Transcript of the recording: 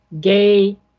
gay